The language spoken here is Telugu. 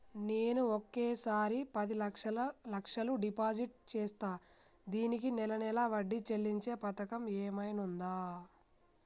నేను ఒకేసారి పది లక్షలు డిపాజిట్ చేస్తా దీనికి నెల నెల వడ్డీ చెల్లించే పథకం ఏమైనుందా?